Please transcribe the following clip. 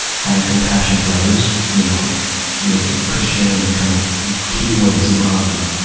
having compassion for others. you know you look in christianity, kind of the key word is love, and,